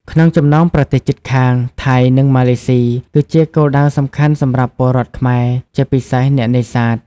ក្នុងចំណោមប្រទេសជិតខាង ថៃ និងម៉ាឡេស៊ី គឺជាគោលដៅសំខាន់សម្រាប់ពលរដ្ឋខ្មែរ ជាពិសេសអ្នកនេសាទ។